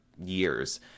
years